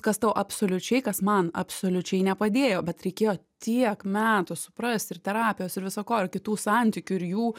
kas tau absoliučiai kas man absoliučiai nepadėjo bet reikėjo tiek metų suprast ir terapijos ir viso ko ir kitų santykių ir jų